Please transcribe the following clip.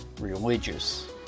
religious